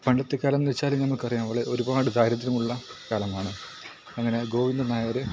പണ്ടത്തേക്കാലം എന്ന് വച്ചാൽ നമുക്കറിയാം അവിടെ ഒരുപാട് ദാരിദ്ര്യം ഉള്ള കാലമാണ് അങ്ങനെ ഗോവിന്ദൻ നായർ